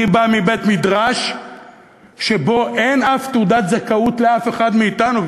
אני בא מבית-מדרש שבו אין אף תעודת זיכוי לאף אחד מאתנו,